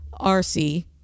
RC